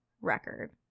Record